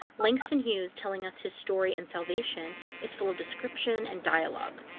langston hughes telling us his story and salvation is full of description and dialogue.